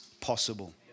possible